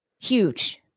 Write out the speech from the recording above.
huge